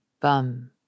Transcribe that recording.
bum